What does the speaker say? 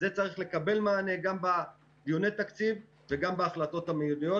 צריך לקבל מענה גם בדיוני תקציב וגם בהחלטות המיידיות,